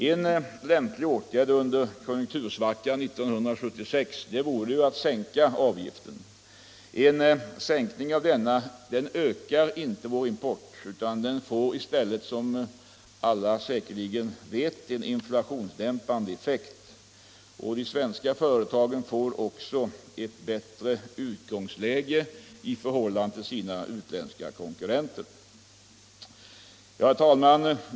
En lämplig åtgärd under konjunktursvackan 1976 vore att sänka arbetsgivaravgiften. En sänkning av denna ökar inte vår import, utan den har i stället, såsom alla säkerligen vet, en inflationsdämpande effekt, och de svenska företagen får också ett bättre utgångsläge i förhållande till sina utländska konkurrenter. Herr talman!